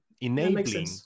enabling